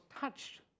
touched